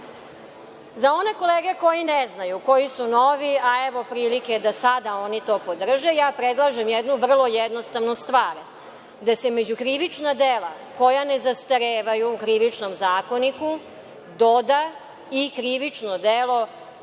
one kolege koji ne znaju, koji su novi, a evo prilike da sada oni to podrže, ja predlažem jednu vrlo jednostavnu stvar: da se među krivična dela koja ne zastarevaju u Krivičnom zakoniku doda i krivično delo,